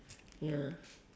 ya